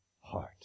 heart